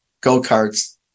go-karts